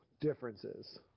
differences